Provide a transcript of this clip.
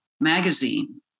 magazine